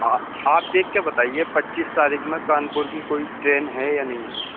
آپ آپ دیکھ کے بتائیے پچیس تاریخ میں کانپور کی کوئی ٹرین ہے یا نہیں ہے